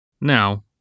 Now